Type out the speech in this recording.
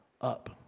up